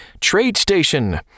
TradeStation